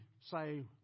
say